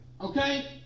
Okay